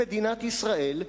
מדינת ישראל,